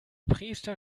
priester